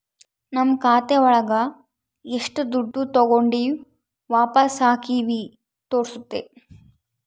ನಮ್ ಖಾತೆ ಒಳಗ ಎಷ್ಟು ದುಡ್ಡು ತಾಗೊಂಡಿವ್ ವಾಪಸ್ ಹಾಕಿವಿ ತೋರ್ಸುತ್ತೆ